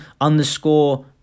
underscore